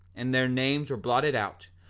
and their names were blotted out,